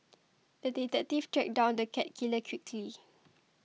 the detective tracked down the cat killer quickly